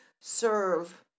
serve